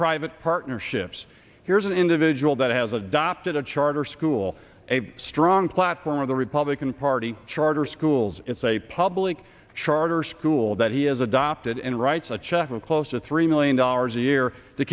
private partnerships here's an individual that has adopted a charter school a strong platform of the republican party charter schools it's a public charter school that he has adopted and writes a check to close to three million dollars a year to